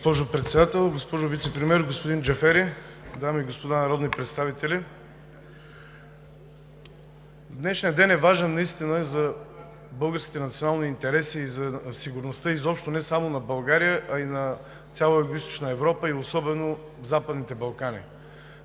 Госпожо Председател, госпожо Вицепремиер, господин Джафери, дами и господа народни представители! Днешният ден е важен наистина за българските национални интереси и за сигурността изобщо – не само на България, а и на цяла Югоизточна Европа, и особено на Западните Балкани.